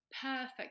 perfect